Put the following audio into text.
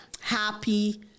happy